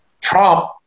Trump